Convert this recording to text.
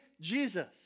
Jesus